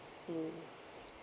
mm